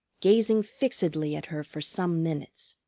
gazing fixedly at her for some minutes.